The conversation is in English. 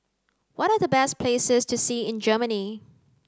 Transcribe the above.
what are the best places to see in Germany